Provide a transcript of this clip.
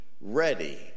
ready